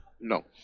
No